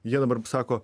jie dabar sako